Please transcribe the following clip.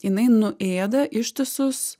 jinai nuėda ištisus